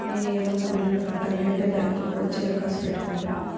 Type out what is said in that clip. నేను ఏమన్నా బిల్లును కట్టాలి అంటే బ్యాంకు కు వచ్చి దరఖాస్తు పెట్టుకోవాలా?